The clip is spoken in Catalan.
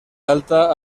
alta